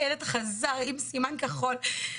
הילד חזר עם סימן כחול.